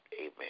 Amen